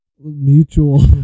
mutual